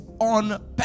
on